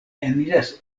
eniras